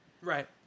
Right